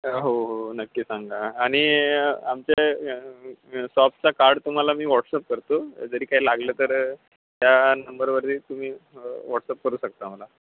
हो हो नक्की सांगा आणि आमच्या शॉपचा कार्ड तुम्हाला मी व्हॉट्सअप करतो जरी काय लागलं तर त्या नंबरवरती तुम्ही वॉट्सअप करू शकता मला